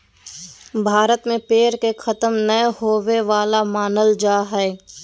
भारत में पेड़ के खतम नय होवे वाला मानल जा हइ